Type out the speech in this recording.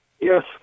yes